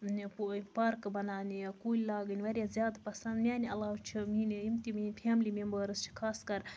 یپٲرۍ پارکہٕ بَناونہِ کُلۍ لاگٕنۍ واریاہ زیادٕ پَسنٛد میٛانہِ علاوٕ چھِ میٛٲنۍ یِم تہِ میٛٲنۍ فیملی میٚمبٲرٕس چھِ خاص کر